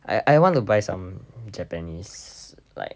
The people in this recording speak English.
I I want to buy some japanese like